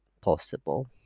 possible